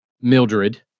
Mildred